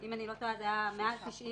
אם אני לא טועה, זה היה מעל 90%,